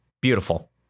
Beautiful